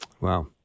Wow